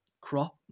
crop